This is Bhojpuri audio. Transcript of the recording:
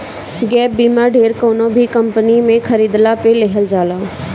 गैप बीमा ढेर कवनो भी कंपनी के खरीदला पअ लेहल जाला